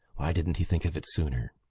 why didn't he think of it sooner?